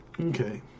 Okay